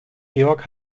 georg